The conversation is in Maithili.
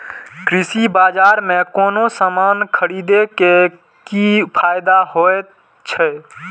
कृषि बाजार में कोनो सामान खरीदे के कि फायदा होयत छै?